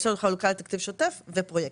יש לנו חלוקה לתקציב שוטף ופרויקטים.